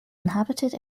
inhabited